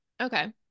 Okay